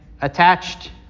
attached